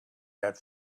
that